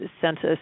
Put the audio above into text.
census